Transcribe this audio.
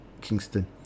kingston